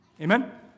Amen